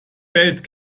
bellt